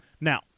now